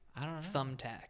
thumbtack